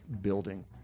building